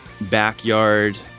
backyard